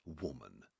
Woman